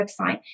website